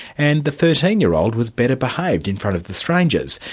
and the thirteen year old was better behaved in front of the strangers,